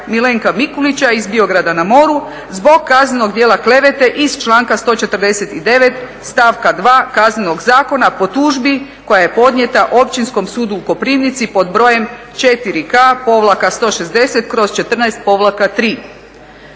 Milenka Mikulića iz Biograda na moru zbog kaznenog djela klevete iz članka 149. stavka 2. Kaznenog zakona po tužbi koja je podnijeta Općinskom sudu u Koprivnici pod brojem 4K-160/14-3.